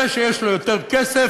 זה שיש לו יותר כסף,